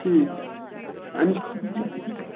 ٹھیٖک أمِس